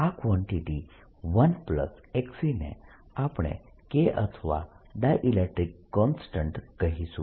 આ quantity 1e ને આપણે K અથવા ડાયઈલેક્ટ્રીક કોન્સ્ટન્ટ કહીશું